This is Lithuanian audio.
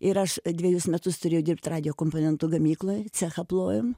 ir aš dvejus metus turėjau dirbt radijo komponentų gamykloj cechą plojom